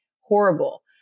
horrible